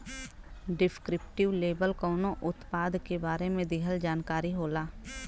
descriptive label कउनो उत्पाद के बारे में दिहल जानकारी होला